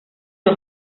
els